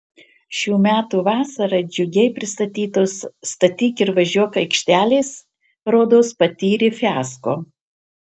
šių metų vasarą džiugiai pristatytos statyk ir važiuok aikštelės rodos patyrė fiasko